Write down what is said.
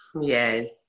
Yes